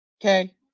Okay